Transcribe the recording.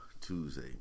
Tuesday